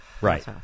Right